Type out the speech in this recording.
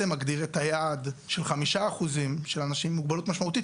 מגדיר את היעד של 5% של אנשים עם מוגבלות משמעותית.